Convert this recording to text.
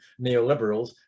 neoliberals